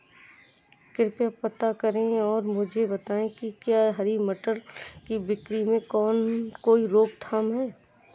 कृपया पता करें और मुझे बताएं कि क्या हरी मटर की बिक्री में कोई रोकथाम है?